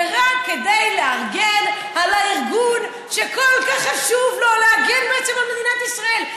ורק כדי להגן על הארגון שכל כך חשוב לו להגן בעצם על מדינת ישראל.